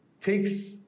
takes